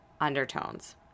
undertones